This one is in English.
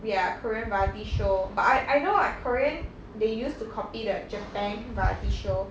ya korean variety show but I I know like korean they used to copy the japan variety show